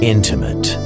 Intimate